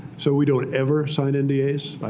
so we don't ever sign and